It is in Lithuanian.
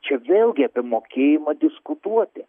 čia vėlgi apie mokėjimą diskutuoti